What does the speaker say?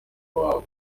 babo